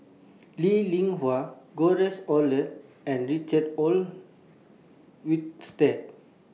Lee Li Hui George Oehlers and Richard Olaf Winstedt